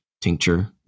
tincture